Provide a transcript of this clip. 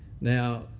Now